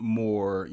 more